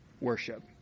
worship